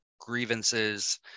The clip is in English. grievances